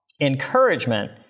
Encouragement